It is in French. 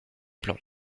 plan